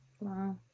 Wow